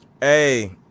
Hey